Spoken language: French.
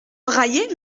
railler